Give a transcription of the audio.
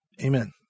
Amen